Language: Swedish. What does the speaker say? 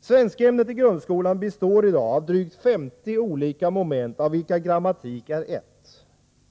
Svenskämnet i grundskolan består i dag av drygt 50 olika moment, av vilka grammatik är ett.